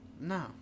No